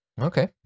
Okay